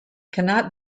cannot